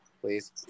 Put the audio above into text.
Please